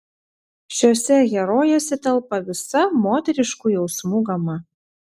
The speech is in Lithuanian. šiose herojėse telpa visa moteriškų jausmų gama